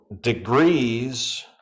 Degrees